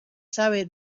sabe